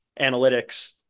analytics